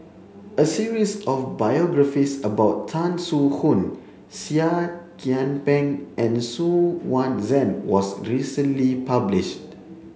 a series of biographies about Tan Soo Khoon Seah Kian Peng and Xu Yuan Zhen was recently published